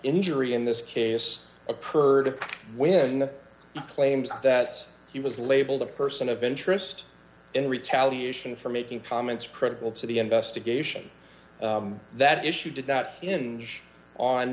injury in this case a perfect win claims that he was labeled a person of interest in retaliation for making comments critical to the investigation that issue did that in on